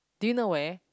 do you know where